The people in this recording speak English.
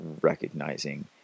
recognizing